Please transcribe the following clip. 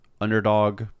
underdog